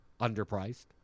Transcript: underpriced